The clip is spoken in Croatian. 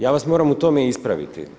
Ja vas moram u tome ispraviti.